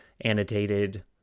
annotated